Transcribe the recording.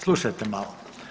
Slušajte malo.